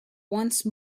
once